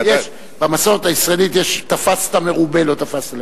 במסורת הישראלית יש "תפסת מרובה לא תפסת",